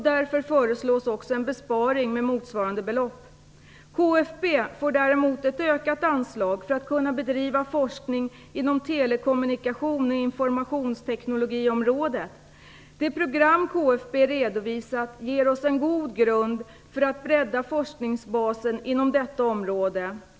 Därför föreslås också en besparing med motsvarande belopp. KFB får däremot ett ökat anslag för att kunna bedriva forskning inom telekommunikations och informationsteknikområdet. Det program KFB redovisat ger oss en god grund för att bredda forskningsbasen inom detta område.